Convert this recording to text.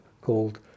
called